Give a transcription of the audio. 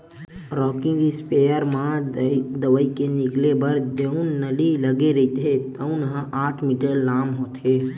rocking sprayer म दवई के निकले बर जउन नली लगे रहिथे तउन ह आठ मीटर लाम होथे